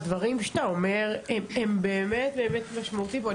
הדברים שאתה אומר הם באמת באמת משמעותיים פה,